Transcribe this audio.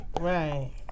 Right